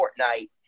Fortnite